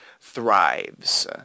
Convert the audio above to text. thrives